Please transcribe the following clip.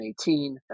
2018